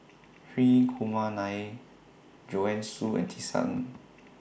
Hri Kumar Nair Joanne Soo and Tisa Ng